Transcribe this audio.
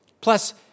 Plus